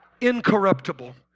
Incorruptible